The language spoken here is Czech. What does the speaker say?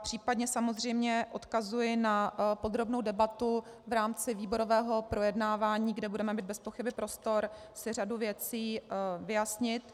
Případně samozřejmě odkazuji na podrobnou debatu v rámci výborového projednávání, kde budeme mít bezpochyby prostor si řadu věcí vyjasnit.